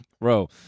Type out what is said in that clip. Bro